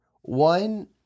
One